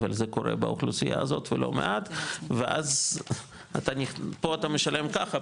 אבל זה קורה באוכלוסייה הזאת ולא מעט ואז פה אתה משלם ככה,